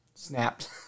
Snapped